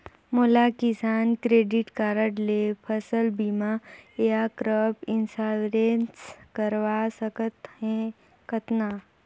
मोला किसान credit card ले फसल बीमा या क्रॉप इंश्योरेंस करवा सकथ हे कतना?